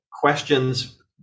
questions